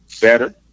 better